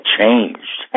changed